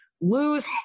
lose